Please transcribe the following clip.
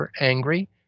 angry